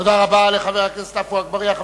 תודה רבה לחבר הכנסת עפו אגבאריה.